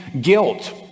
guilt